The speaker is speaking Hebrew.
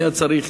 היה צריך